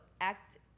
act